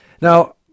Now